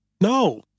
No